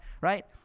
Right